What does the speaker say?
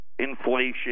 inflation